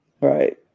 Right